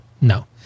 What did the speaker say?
No